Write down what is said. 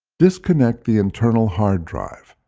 disconnect the internal hard drive.